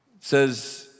says